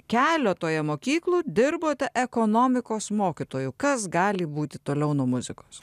keliotoje mokyklų dirbote ekonomikos mokytoju kas gali būti toliau nuo muzikos